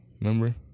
remember